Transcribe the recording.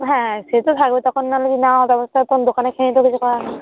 হ্যাঁ সে তো থাকবে তখন নাহলে না ব্যবস্থা হয় তখন দোকানে খেয়ে নিতে হবে কিছু করার নেই